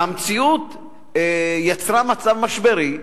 והמציאות יצרה מצב משברי,